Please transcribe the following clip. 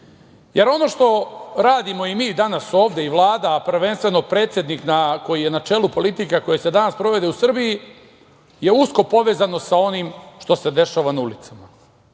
jer ono što radimo i mi danas ovde i Vlada, prvenstveno predsednik koji je na čelu politika koje se danas sprovode u Srbiji, je usko povezano sa onim što se dešava na ulicama. Sve